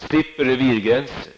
Man slipper revirgränser